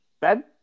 Ben